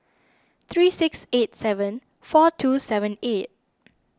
three six eight seven four two seven eight